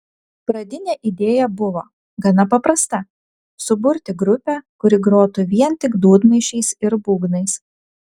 pradinė idėja buvo gana paprasta suburti grupę kuri grotų vien tik dūdmaišiais ir būgnais